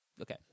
okay